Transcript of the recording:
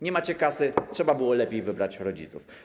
Nie macie kasy, trzeba było lepiej wybrać rodziców.